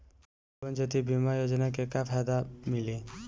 जीवन ज्योति बीमा योजना के का फायदा मिली?